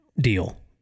deal